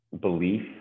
belief